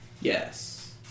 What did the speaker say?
yes